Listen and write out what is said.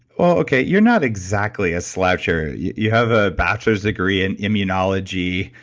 okay, you're not exactly a sloucher. you have a bachelor's degree in immunology,